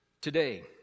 today